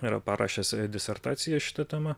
yra parašęs disertaciją šita tema